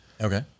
Okay